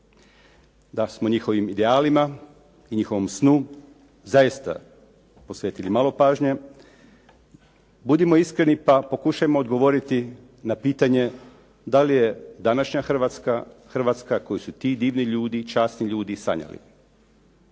da smo njihovim idealima i njihovom snu zaista posvetili malo pažnje. Budimo iskreni pa pokušajmo odgovoriti na pitanje da li je današnja Hrvatska, Hrvatska koju su ti divni ljudi, časni ljudi sanjali?